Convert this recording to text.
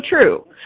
true